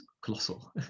Colossal